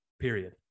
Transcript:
Period